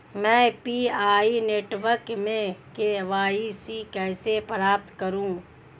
मैं PI network में KYC कैसे प्राप्त करूँ?